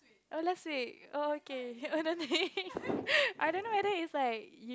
oh last week oh okay honestly I don't know whether is like